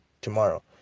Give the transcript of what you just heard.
tomorrow